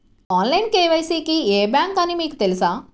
Online KYC కి ఏ bank అని మీకు తెలుసా?